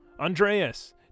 Andreas